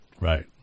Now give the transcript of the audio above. right